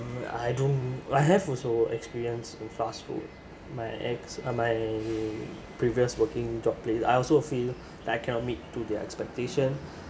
I don't I have also experience in fast food my ex my previous working job place I also feel that I cannot meet to their expectation